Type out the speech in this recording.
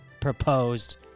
proposed